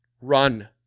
run